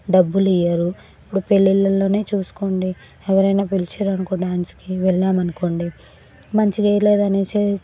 డబ్బులు ఇవ్వరు ఇప్పుడు పెళ్ళిళ్ళలోనే చూసుకోండి ఎవరైనా పిలిచారనుకోండి డాన్స్కి వెళ్ళాము అనుకోండి మంచిదే వెళ్ళదు అనేసి